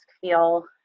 feel